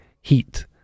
heat